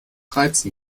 reizen